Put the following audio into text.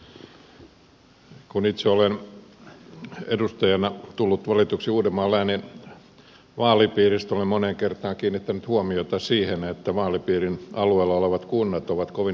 kun itse olen edustajana tullut valituksi uudenmaan läänin vaalipiiristä olen moneen kertaan kiinnittänyt huomiota siihen että vaalipiirin alueella olevat kunnat ovat kovin erilaisia